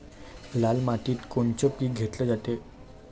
लाल मातीत कोनचं पीक घेतलं जाते?